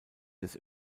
des